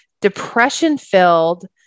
depression-filled